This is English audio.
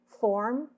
form